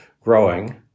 growing